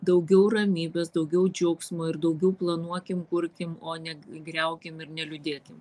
daugiau ramybės daugiau džiaugsmo ir daugiau planuokim kurkim o ne griaukim ir neliūdėkim